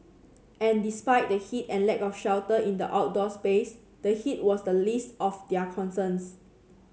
and despite the heat and lack of shelter in the outdoor space the heat was the least of their concerns